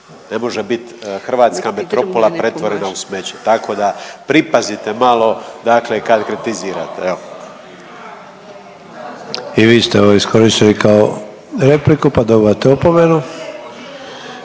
ne može biti hrvatska metropola pretvorena u smeće, tako da pripazite malo, dakle kad kritizirate, evo. **Sanader, Ante (HDZ)** I vi ste ovo iskoristili kao repliku pa dobivate opomenu.